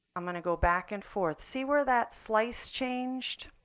i'm going to go back and forth. see where that slice changed?